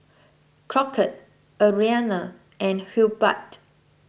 Crockett Arianna and Hubbard